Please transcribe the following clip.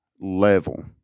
level